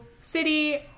city